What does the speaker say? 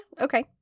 okay